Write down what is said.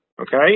okay